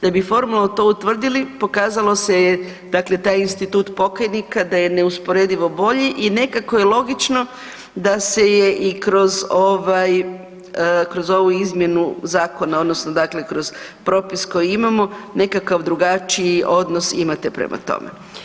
Da bi formalno to utvrdili pokazalo se dakle taj institut pokajnika da je neusporedivo bolji i nekako je logično da se je i kroz ovu izmjenu zakona odnosno dakle kroz propis koji imamo nekakav drugačiji odnos imate prema tome.